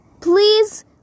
please